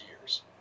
years